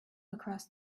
across